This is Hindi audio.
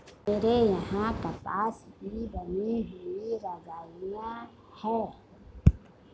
मेरे यहां कपास की बनी हुई रजाइयां है